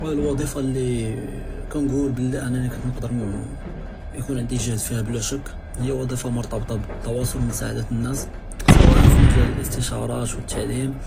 הַוְצִיפָה לִי כַּנְקוּל בִּלִי אָנָא לִי כּוֹנְת נְקַדֵּר יְכוֹן עֲנְדִי גֶ'הְד פִיהּ בְּלַא שַק, הִי הַוְצִיפָה מֻרְתַבְטַה בְּתִתְוַאסַל וּמְסַעְדַת נָאס, סְוָא פִי מַג'אַל הַאִסְתִישְרַאת וְתַעְלִים